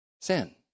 sin